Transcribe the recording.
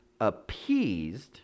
appeased